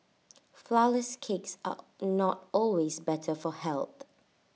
Flourless Cakes are not always better for health